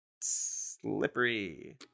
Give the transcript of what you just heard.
slippery